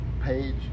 page